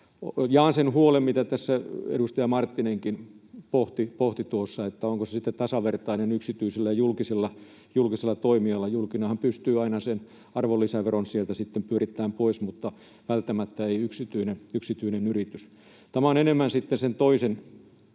Jaan sen huolen, mitä tässä edustaja Marttinenkin pohti, että onko se sitten tasavertainen yksityisellä ja julkisella toimijalla. Julkinenhan pystyy aina sen arvonlisäveron sitten pyörittämään pois, mutta yksityinen yritys välttämättä ei. Tämä on enemmän sitten sen toisen